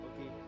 okay